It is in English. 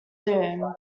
doom